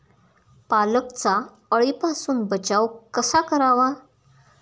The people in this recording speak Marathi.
पालकचा अळीपासून बचाव कसा करावा?